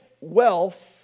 wealth